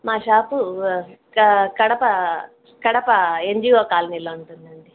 మా shop Kadapa Kadapa NGO కాలనీలో ఉంటుందండి